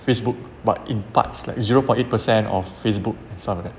Facebook but in parts like zero point eight per cent of Facebook and some like that